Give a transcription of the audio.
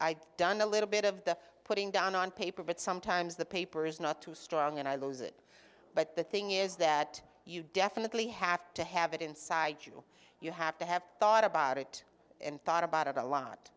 i've done a little bit of the putting down on paper but sometimes the paper is not too strong and i lose it but the thing is that you definitely have to have it inside you you have to have thought about it and thought about it a lot